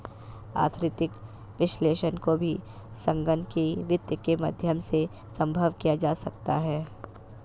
आर्थिक विश्लेषण को भी संगणकीय वित्त के माध्यम से सम्भव किया जा सकता है